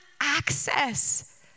access